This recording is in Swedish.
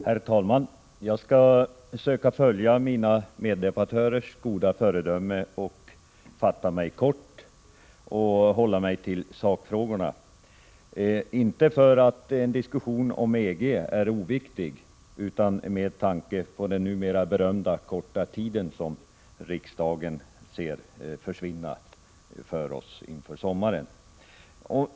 Herr talman! Jag skall söka följa mina meddebattörers goda föredömen och fatta mig kort och hålla mig till sakfrågorna. Inte för att en diskussion om EG är oviktig utan med tanke på den numera berömda korta tid som riksdagen ser försvinna inför sommaren.